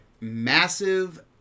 Massive